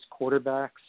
quarterbacks